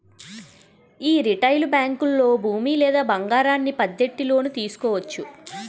యీ రిటైలు బేంకుల్లో భూమి లేదా బంగారాన్ని పద్దెట్టి లోను తీసుకోవచ్చు